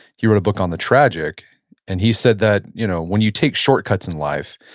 he wrote a book on the tragic and he said that you know when you take shortcuts in life,